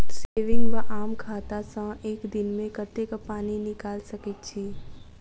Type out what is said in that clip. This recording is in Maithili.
सेविंग वा आम खाता सँ एक दिनमे कतेक पानि निकाइल सकैत छी?